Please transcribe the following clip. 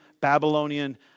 Babylonian